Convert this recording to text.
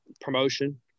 promotion